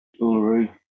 Uluru